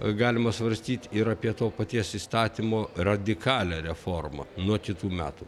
galima svarstyti ir apie to paties įstatymo radikalią reformą nuo kitų metų